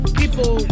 people